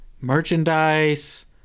merchandise